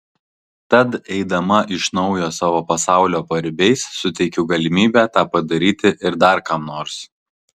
tad eidama iš naujo savo pasaulio paribiais suteikiu galimybę tą padaryti ir dar kam nors